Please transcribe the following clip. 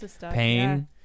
pain